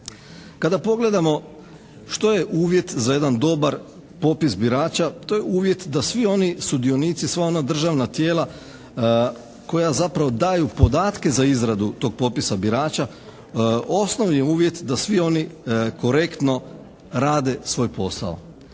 Kada pogledamo što je uvjet za jedan dobar popis birača to je uvjet da svi oni sudionici, sva ona državna tijela koja zapravo daju podatke za izradu tog popisa birača osnovni je uvjet da svi oni korektno rade svoj posao.